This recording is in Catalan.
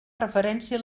referència